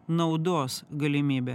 naudos galimybę